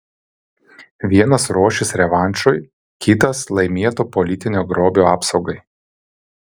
vienas ruošis revanšui kitas laimėto politinio grobio apsaugai